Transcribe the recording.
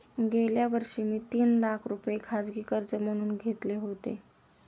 गेल्या वर्षी मी तीन लाख रुपये खाजगी कर्ज म्हणून घेतले होते